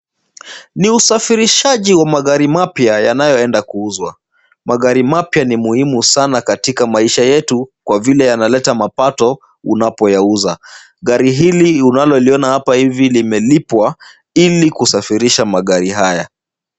Ni usafirishaji wa magari mapya yanayoenda kuuzwa. Magari mapya ni muhimu sana katika maisha yetu kwa vile yanaleta mapato unapoyauza. Gari hili unaloliona hapa hivi imelipwa ili kusafirisha magari haya.